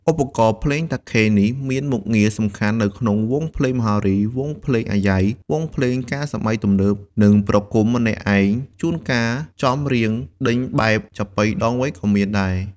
ឧបករណ៍ភ្លេងតាខេនេះមានមុខងារសំខាន់នៅក្នុងវង់ភ្លេងមហោរី, វង់ភ្លេងអាយ៉ៃ, វង់ភ្លេងការសម័យទំនើប និងប្រគំម្នាក់ឯង ជួនកាលចំរៀងដេញបែបចាប៉ីដងវែងក៏មានដែរ។